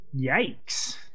Yikes